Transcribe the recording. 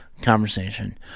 conversation